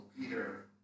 Peter